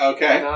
Okay